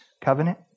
covenant